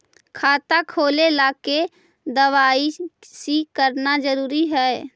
खाता खोले ला के दवाई सी करना जरूरी है?